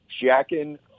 jacking